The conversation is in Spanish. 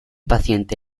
paciente